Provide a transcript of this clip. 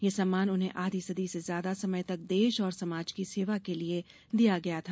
यह सम्मान उन्हें आधी सदी से ज्यादा समय तक देश और समाज की सेवा के लिए दिया गया था